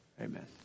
Amen